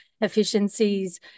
efficiencies